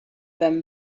than